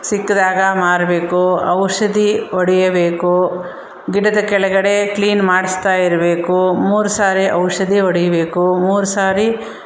ಸಿಕ್ಕಿದಾಗ ಮಾರಬೇಕು ಔಷಧಿ ಹೊಡಿಯಬೇಕು ಗಿಡದ ಕೆಳಗಡೆ ಕ್ಲೀನ್ ಮಾಡಿಸ್ತಾ ಇರಬೇಕು ಮೂರು ಸಾರಿ ಔಷಧಿ ಹೊಡಿಬೇಕು ಮೂರು ಸಾರಿ